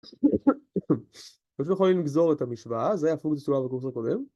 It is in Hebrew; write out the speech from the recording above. אני חושב שאנחנו יכולים לגזור את המשוואה, זה היה הפונקציה שטועה בקורס הקודם